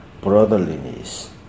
brotherliness